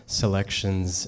selections